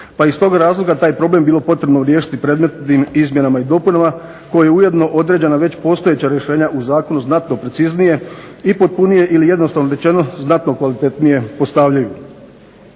pa iz toga razloga taj problem bilo potrebno riješiti predmetnim izmjenama i dopunama koji je ujedno određena već postojeća rješenja u zakonu znatno preciznije i potpunije ili jednostavno rečeno znatno kvalitetnije postavljaju.